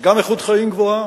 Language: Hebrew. ארוכות לא העלתה את מחירי המים,